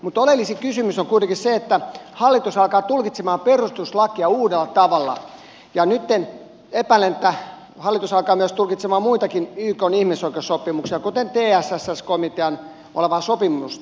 mutta oleellisin kysymys on kuitenkin se että hallitus alkaa tulkitsemaan perustuslakia uudella tavalla ja nytten epäilen että hallitus alkaa myös tulkitsemaan muitakin ykn ihmisoikeussopimuksia kuten tss komitean sopimusta